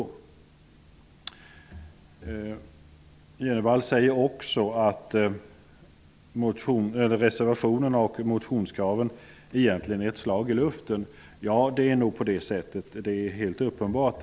Bo G Jenevall säger också att reservationerna och motionskraven egentligen är ett slag i luften. Ja, det är nog på det sättet. Det är helt uppenbart.